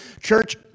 Church